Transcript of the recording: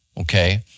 Okay